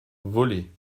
volée